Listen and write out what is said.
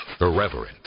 irreverent